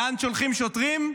לאן שולחים שוטרים?